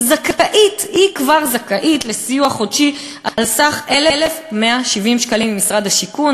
וכבר זכאית לסיוע חודשי על סך 1,170 שקלים ממשרד השיכון.